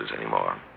anymore